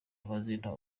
amazina